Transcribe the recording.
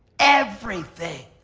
everything.